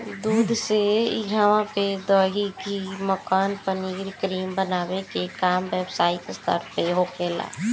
दूध से इहा पे दही, घी, मक्खन, पनीर, क्रीम बनावे के काम व्यवसायिक स्तर पे होखेला